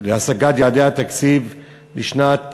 להשגת יעדי התקציב לשנת